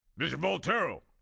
mr. vulturo,